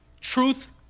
truth